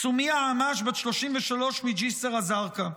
סומיה עמאש, בת 33, מג'יסר א-זרקא,